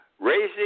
raising